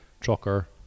Trucker